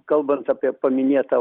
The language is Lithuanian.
kalbant apie paminėtą